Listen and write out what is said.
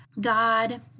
God